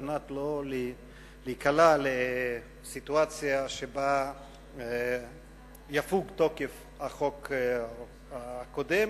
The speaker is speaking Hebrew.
כדי שלא ניקלע לסיטואציה שבה יפוג תוקף החוק הקודם